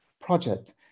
project